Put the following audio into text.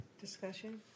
Discussion